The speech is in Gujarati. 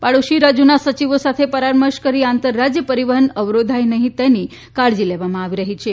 પાડોશી રાજ્યોના સચિવો સાથે પરામર્શ કરી આંતરરાજ્ય પરિવહન અવરોધાય નહીં તેની કાળજી લેવામાં આવી છે